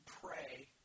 pray